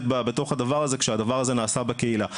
בתוך הדבר הזה כשהדבר הזה נעשה בקהילה.